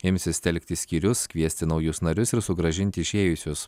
imsis telkti skyrius kviesti naujus narius ir sugrąžinti išėjusius